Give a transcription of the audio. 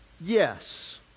yes